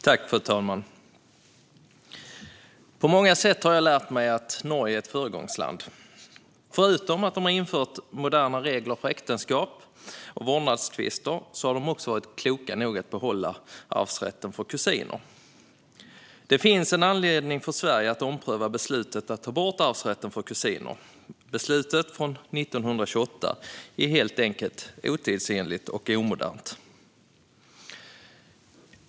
Fru talman! Jag har lärt mig att Norge på många sätt är ett föregångsland. Förutom att de har infört moderna regler för äktenskap och vårdnadstvister har de också varit kloka nog att behålla arvsrätten för kusiner. Det finns anledning för Sverige att ompröva beslutet om att ta bort arvsrätten för kusiner. Beslutet från 1928 är helt enkelt otidsenligt och omodernt.